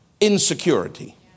insecurity